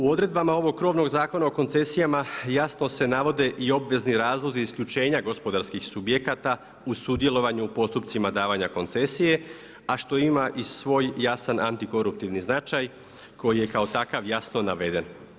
U odredbama ovog krovnog Zakona o koncesijama jasno se navode i obvezni razlozi isključenja gospodarskih subjekata u sudjelovanju u postupcima davanja koncesije, a što ima i svoj jasan antikoruptivni značaj koji je kao takav jasno naveden.